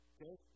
Okay